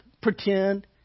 pretend